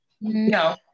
No